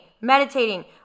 meditating